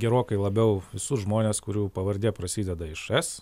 gerokai labiau visus žmones kurių pavardė prasideda iš es